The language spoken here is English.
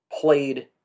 played